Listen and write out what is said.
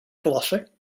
klasse